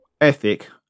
ethic